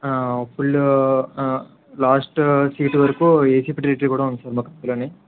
ఆ ఫుల్ ఆ last seat వరకు ఏసీ ఫెసిలిటీ కూడా ఉంది సార్ మాకు అందులోనే